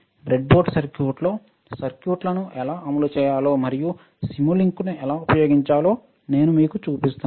బ్రెడ్బోర్డ్లో సర్క్యూట్ను ఎలా అమలు చేయాలో మరియు సిములింక్ను ఎలా ఉపయోగించాలో నేను మీకు చూపిస్తాను